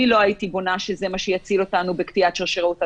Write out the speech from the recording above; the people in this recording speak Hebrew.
אני לא הייתי בונה שזה מה שיציל אותנו בקטיעת שרשרות הדבקה.